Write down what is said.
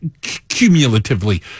cumulatively